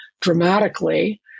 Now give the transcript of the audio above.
dramatically